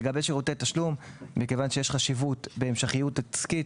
לגבי שירותי תשלום: מכיוון שיש חשיבות בהמשכיות עסקית,